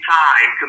time